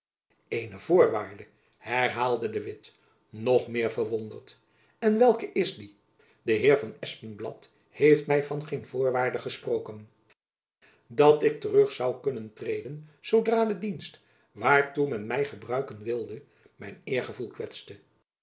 een voorwaarde herhaalde de witt nog meer verwonderd en welke is die de heer van espenblad heeft my van geen voorwaarde gesproken dat ik terug zoû kunnen treden zoodra de dienst waartoe men my gebruiken wilde mijn eergevoel kwetste